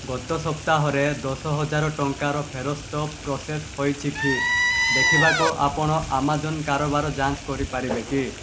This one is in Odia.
ଗତ ସପ୍ତାହରେ ଦଶ ହଜାର ଟଙ୍କାର ଫେରସ୍ତ ପ୍ରୋସେସ୍ ହୋଇଛି କି ଦେଖିବାକୁ ଆପଣ ଆମାଜନ୍ କାରବାର ଯାଞ୍ଚ କରିପାରିବେ କି